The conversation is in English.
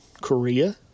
Korea